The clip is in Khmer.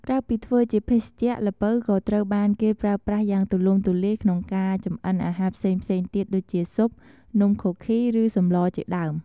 ក្រៅពីធ្វើជាភេសជ្ជៈ ល្ពៅក៏ត្រូវបានគេប្រើប្រាស់យ៉ាងទូលំទូលាយក្នុងការចម្អិនអាហារផ្សេងៗទៀតដូចជា ស៊ុប នំ ខូឃី ឬសម្លរជាដើម។